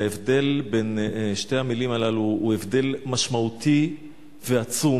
וההבדל בין שתי המלים הללו הוא הבדל משמעותי ועצום.